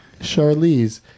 Charlize